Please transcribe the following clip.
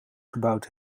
gebouwd